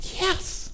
Yes